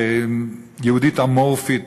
ויהודית אמורפית,